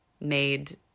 made